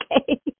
Okay